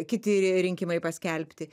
kiti rinkimai paskelbti